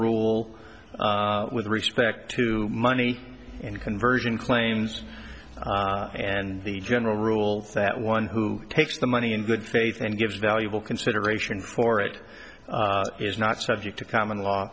rule with respect to money and conversion claims and the general rule that one who takes the money in good faith and gives valuable consideration for it is not subject to common law